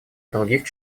других